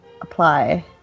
apply